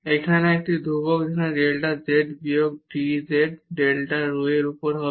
এখানে এই ধ্রুবক ডেল্টা z বিয়োগ d z ডেল্টা rho এর উপর হবে